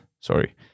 sorry